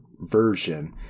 version